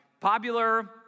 popular